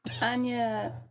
Anya